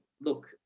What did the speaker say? look